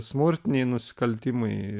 smurtiniai nusikaltimai